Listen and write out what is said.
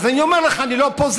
אז אני אומר לך: אני לא אופוזיציה,